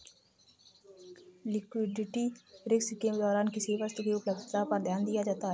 liquidity risk के दौरान किसी वस्तु की उपलब्धता पर ध्यान दिया जाता है